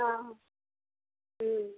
ହଁ